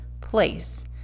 place